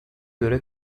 göre